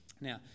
Now